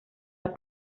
hat